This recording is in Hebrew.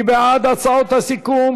מי בעד הצעות הסיכום?